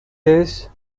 days